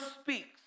speaks